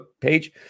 page